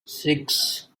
six